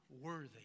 worthy